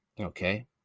okay